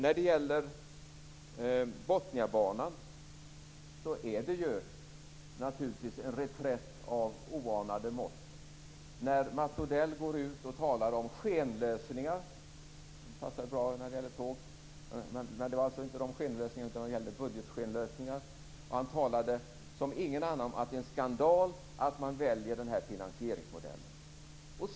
Vad gäller Botniabanan är det naturligtvis en reträtt av oanade mått. Mats Odell talar om skenlösningar - det passar ju bra när det gäller tåg, fastän det nu inte handlar om sådana skenor - och säger att det är en skandal att man väljer den här finansieringsmodellen.